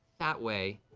that way.